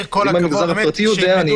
אם המגזר הפרטי יודע,